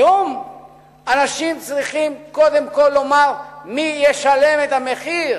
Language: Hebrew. היום אנשים צריכים קודם כול לומר מי ישלם את מחיר